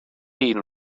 hun